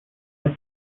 like